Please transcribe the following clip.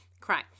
cry